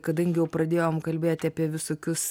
kadangi jau pradėjom kalbėti apie visokius